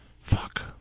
fuck